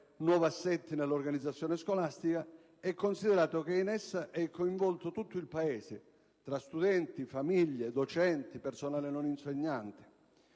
nuovi assetti nell'organizzazione scolastica e considerato che in essa è coinvolto tutto il Paese, tra studenti, famiglie, docenti, personale non insegnante.